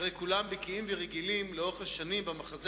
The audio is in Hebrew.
כי הרי כולם בקיאים ורגילים לאורך השנים במחזה